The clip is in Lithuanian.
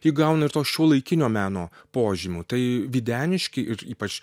įgauna ir to šiuolaikinio meno požymių tai videniškiai ir ypač